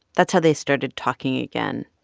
that's how they started talking again.